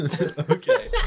Okay